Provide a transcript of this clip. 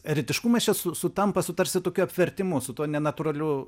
eretiškumas čia su sutampa su tarsi tokiu apvertimu su tuo nenatūraliu